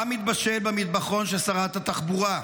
מה מתבשל במטבחון של שרת התחבורה?